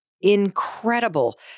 Incredible